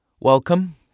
Welcome